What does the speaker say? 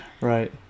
Right